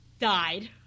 died